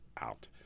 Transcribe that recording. out